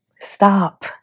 Stop